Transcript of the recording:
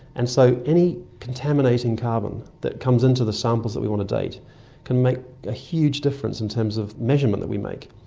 and so any contaminating carbon that comes into the samples that we want to date can make a huge difference in terms of measurements that we make.